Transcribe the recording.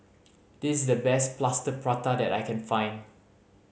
this is the best Plaster Prata that I can find